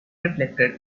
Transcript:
reflected